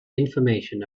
information